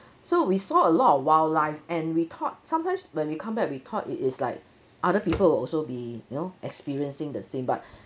so we saw a lot of wildlife and we thought sometimes when we come back we thought it is like other people would also be you know experiencing the same but